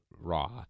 raw